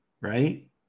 right